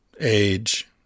age